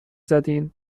زدین